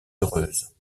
heureuse